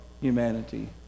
humanity